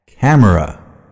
Camera